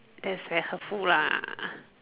as a helpful lah